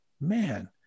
man